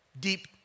deep